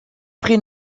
prit